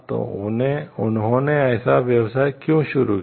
तो उन्होंने ऐसा व्यवसाय क्यों शुरू किया